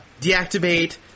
deactivate